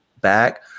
back